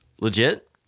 legit